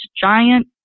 giant